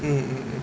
mm mm mm